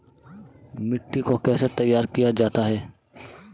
मिट्टी को कैसे तैयार किया जाता है?